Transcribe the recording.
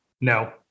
no